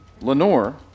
Lenore